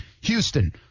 Houston